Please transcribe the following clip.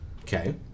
Okay